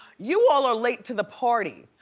you all are late to the party.